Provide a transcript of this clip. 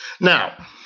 Now